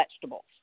vegetables